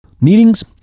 Meetings